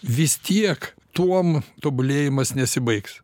vis tiek tuom tobulėjimas nesibaigs